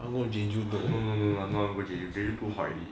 mm I don't want to go jeju jeju too hot already